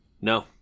no